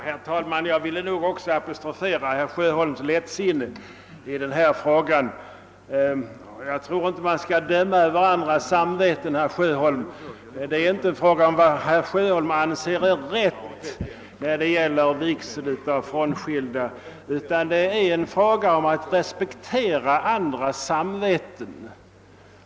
Herr talman! Jag vill också apostrofera herr Sjöholms lättsinne i denna fråga. Jag tror inte man skall döma över andras samveten. Det är inte fråga om vad herr Sjöholm anser är rätt när det gäller vigsel av frånskilda, utan det är fråga om att respektera andras samveten.